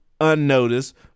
unnoticed